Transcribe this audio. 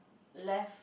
left